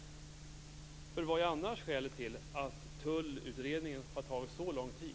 Vilket är annars skälet till att tullutredningen har tagit så lång tid?